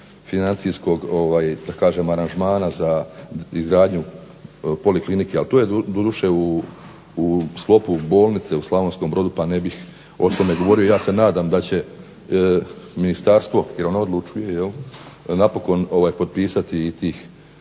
financijskog aranžmana za izgradnju poliklinike, ali to je doduše u sklopu bolnice u Slavonskom Brodu pa ne bih o tome govorio. Ja se nadam da će ministarstvo jer ono odlučuje napokon potpisati i